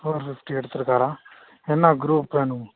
four fifty எடுத்துயிருக்காரா என்ன group வேணும்